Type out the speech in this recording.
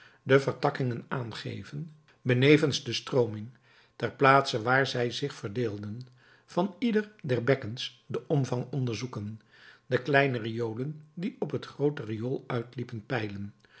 de vertakkingen aangeven benevens de strooming ter plaatse waar zij zich verdeelden van ieder der bekkens den omvang onderzoeken de kleine riolen die op het groote riool uitliepen peilen